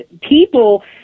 people